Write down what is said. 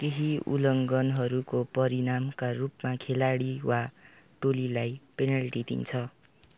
केही उल्लङ्घनहरूको परिणामका रूपमा खेलाडी वा टोलीलाई पेनल्टी दिन्छ